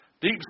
Deep